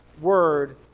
word